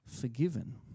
forgiven